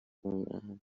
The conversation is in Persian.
اونم